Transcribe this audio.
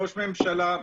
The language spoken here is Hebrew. ראש ממשלה,